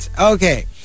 okay